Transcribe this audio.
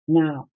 now